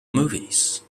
movies